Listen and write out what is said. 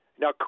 Now